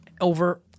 over